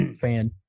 fan